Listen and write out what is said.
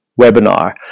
webinar